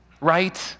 right